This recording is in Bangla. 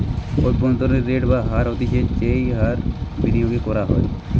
অভ্যন্তরীন রেট বা হার হতিছে যেই হার বিনিয়োগ করা হয়